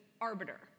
arbiter